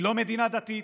היא לא מדינה דתית,